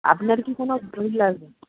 আপনার কি কোনো লাগবে